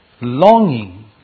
longing